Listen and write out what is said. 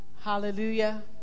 Hallelujah